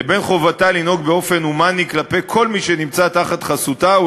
לבין חובתה לנהוג באופן הומני כלפי כל מי שנמצא תחת חסותה,